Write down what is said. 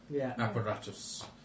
Apparatus